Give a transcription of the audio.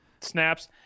snaps